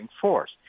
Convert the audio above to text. force